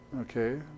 Okay